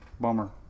Bummer